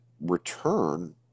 return